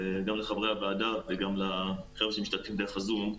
גם לחברי הוועדה וגם לחבר'ה שמשתתפים דרך הזום.